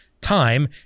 time